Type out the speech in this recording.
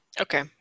okay